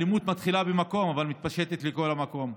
האלימות מתחילה במקום, אבל מתפשטת לכל מקום.